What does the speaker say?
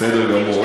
בסדר גמור.